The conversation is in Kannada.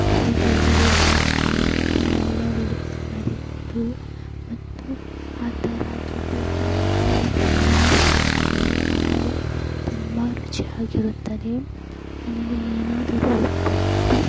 ಪುರಿಯಲ್ಲಿ ಹಾಕಿ ಅದನ್ನು ಎಣ್ಣೆಯಲ್ಲಿ ಕರಿದು ಮತ್ತು ಅದರ ಜೊತೆಗೆ ಮಾವಿನ ಹಣ್ಣಿನ ಶ್ರೀಕರಣಿ ತಿನ್ನಲು ತುಂಬ ರುಚಿ ಆಗಿರುತ್ತದೆ ನನಗೆ ಏನಾದರೂ ಒಬ್ಬಟ್ಟು